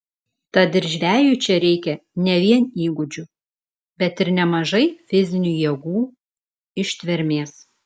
tad ir žvejui čia reikia ne vien įgūdžių bet ir nemažai fizinių jėgų ištvermės